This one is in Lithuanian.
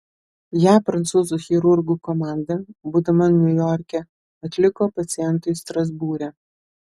ją prancūzų chirurgų komanda būdama niujorke atliko pacientui strasbūre